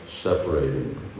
separating